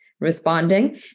responding